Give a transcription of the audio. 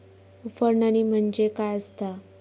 उफणणी म्हणजे काय असतां?